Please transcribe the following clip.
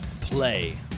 Play